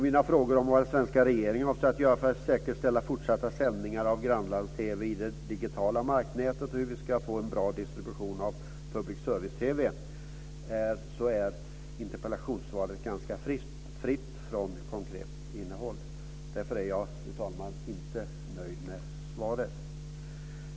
Mina frågor var vad den svenska regeringen avser att göra för att säkerställa fortsatta sändningar av grannlands-TV i det digitala marknätet och hur vi ska få en bra distribution av public service-TV. Interpellationssvaret är dock ganska fritt från konkret innehåll. Därför är jag, fru talman, inte nöjd med svaret.